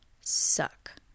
suck